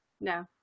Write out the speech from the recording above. No